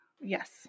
Yes